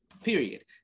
Period